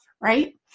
right